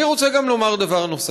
אני רוצה לומר דבר נוסף: